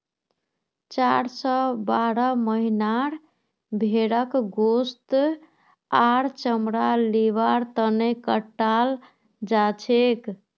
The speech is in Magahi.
चार स बारह महीनार भेंड़क गोस्त आर चमड़ा लिबार तने कटाल जाछेक